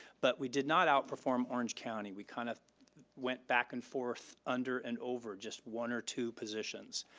but we did not out perform orange county. we kind of went back and forth under and over just one or two positions,